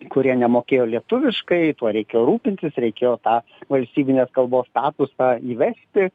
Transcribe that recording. kurie nemokėjo lietuviškai tuo reikėjo rūpintis reikėjo tą valstybinės kalbos statusą įvesti